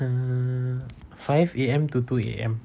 uh five A_M to two A_M